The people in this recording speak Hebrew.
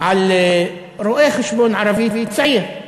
על רואה-חשבון ערבי צעיר,